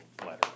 letter